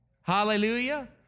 Hallelujah